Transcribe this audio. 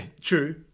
true